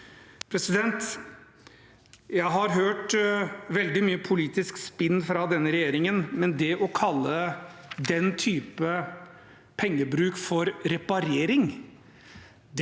på vent. Jeg har hørt veldig mye politisk spinn fra denne regjeringen, men å kalle den typen pengebruk for reparering?